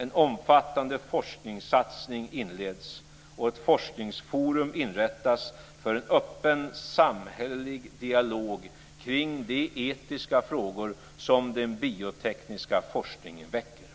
En omfattande forskningssatsning inleds och ett forskningsforum inrättas för en öppen samhällelig dialog kring de etiska frågor som den biotekniska forskningen väcker.